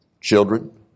children